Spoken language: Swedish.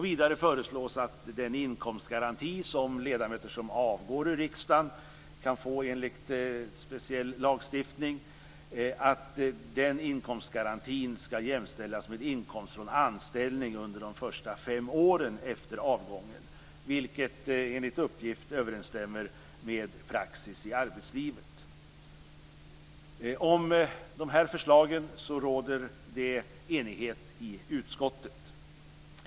Vidare föreslås att den inkomstgaranti som ledamöter som avgår från riksdagen kan få enligt speciell lagstiftning skall jämställas med inkomst från anställning under de första fem åren efter avgången, vilket enligt uppgift överensstämmer med praxis i arbetslivet. Om de här förslagen råder det enighet i utskottet.